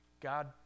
God